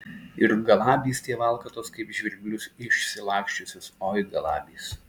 ir galabys tie valkatos kaip žvirblius išsilaksčiusius oi galabys